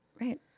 Right